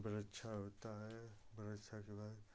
बरीक्षा होता है बरीक्षा के बाद